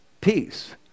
Peace